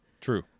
True